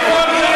מי היה